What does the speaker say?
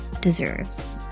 deserves